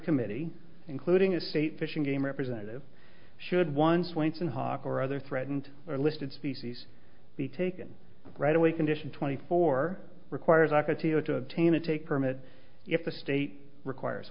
committee including a state fish and game representative should one swainson hawk or other threatened or listed species be taken right away condition twenty four requires a casino to obtain a take permit if the state requires